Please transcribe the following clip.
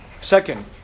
Second